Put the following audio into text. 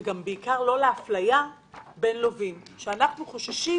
בעיקר לא לאפליה בין לווים שאנחנו חוששים